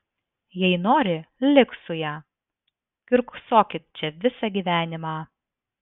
jei nori lik su ja kiurksokit čia visą gyvenimą